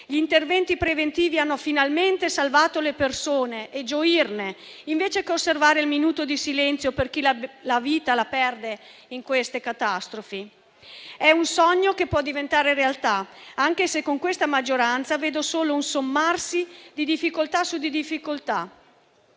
gli interventi preventivi hanno finalmente salvato le persone, e gioirne, invece di osservare il minuto di silenzio per chi perde la vita in queste catastrofi. È un sogno che può diventare realtà, anche se, con questa maggioranza, vedo solo un sommarsi di difficoltà su difficoltà.